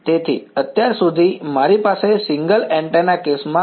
તેથી અત્યાર સુધી મારી પાસે સિંગલ એન્ટેના કેસમાં આ જ હતું